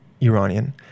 Iranian